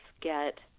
get